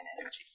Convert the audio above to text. energy